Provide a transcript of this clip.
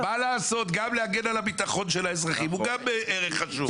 גם הגנה על האזרחים זה ערך חשוב.